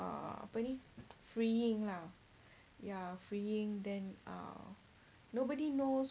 uh apa ni freeing lah ya freeing then err nobody knows